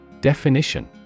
Definition